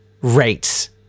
rates